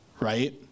right